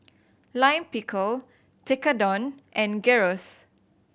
Lime Pickle Tekkadon and Gyros